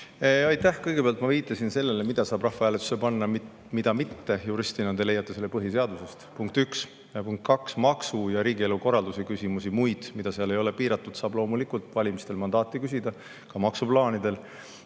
Aitäh! Kõigepealt, ma viitasin sellele, mida saab rahvahääletusele panna, mida mitte. Juristina te leiate selle põhiseadusest. Punkt üks. Punkt kaks. Maksu‑ ja riigielu korralduse küsimustes, muudes asjades, mida seal ei ole piiratud, saab loomulikult valimistel mandaati küsida, ka maksuplaanidele.